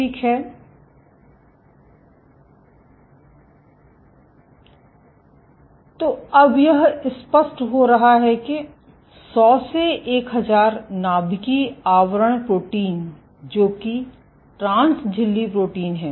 ठीक है तो अब यह स्पष्ट हो रहा है कि 100 से 1000 नाभिकीय आवरण प्रोटीन जो कि ट्रांस झिल्ली प्रोटीन हैं